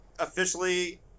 officially